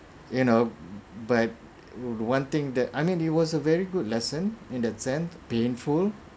you know but one thing that I mean it was a very good lesson in that sense painful